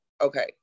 okay